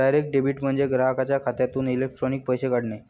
direct debit म्हणजे ग्राहकाच्या खात्यातून इलेक्ट्रॉनिक पैसे काढणे